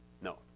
No